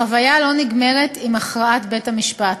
החוויה לא נגמרת עם הכרעת בית-המשפט.